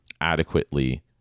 adequately